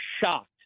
shocked